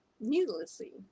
needlessly